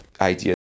idea